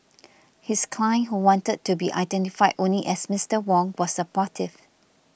his client who wanted to be identified only as Mister Wong was supportive